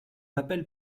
appelle